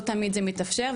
לא תמיד זה מתאפשר,